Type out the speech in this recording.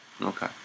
Okay